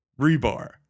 rebar